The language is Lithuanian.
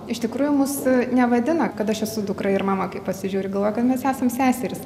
iš tikrųjų mus nevadina kad aš esu dukra ir mama kai pasižiūri galvoja kad mes esam seserys